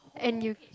and you